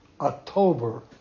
October